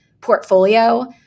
portfolio